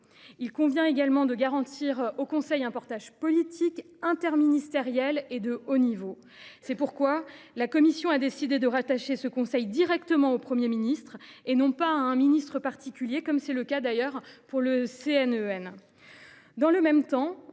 Il convient également de lui garantir un portage politique interministériel et de haut niveau. C’est pourquoi la commission a décidé de le rattacher directement au Premier ministre, et non pas à un ministre en particulier, comme c’est le cas pour le CNEN. Dans le même temps,